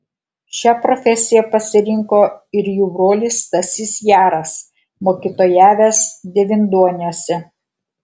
šią profesiją pasirinko ir jų brolis stasys jaras mokytojavęs devynduoniuose